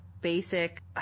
basic